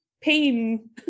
pain